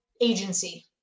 agency